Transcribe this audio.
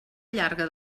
llarga